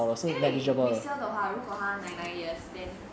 因为 resale 的话如果它 ninety nine years then